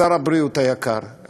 שר הבריאות היקר,